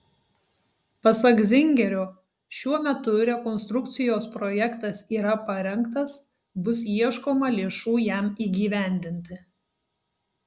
pasak zingerio šiuo metu rekonstrukcijos projektas yra parengtas bus ieškoma lėšų jam įgyvendinti